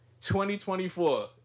2024